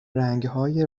رنگهای